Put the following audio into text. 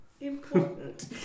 important